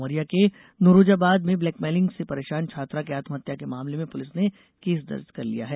उमरिया के नोरोजाबाद में ब्लैकमेलिंग से परेशान छात्रा के आत्महत्या के मामले में पुलिस ने केस दर्ज कर लिया है